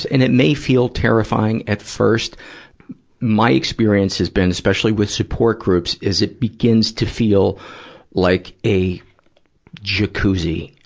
and it may feel terrifying at first my experience has been, especially with support groups, is it begins to feel like a jacuzzi.